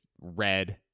Red